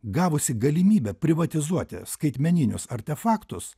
gavusi galimybę privatizuoti skaitmeninius artefaktus